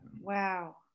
Wow